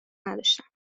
نداشتم